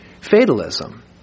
fatalism